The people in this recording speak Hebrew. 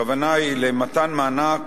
הכוונה היא למתן מענק